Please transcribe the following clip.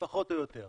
פחות או יותר,